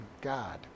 God